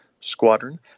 squadron